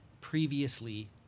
previously